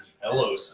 Hello